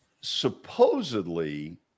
Supposedly